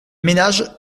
ménage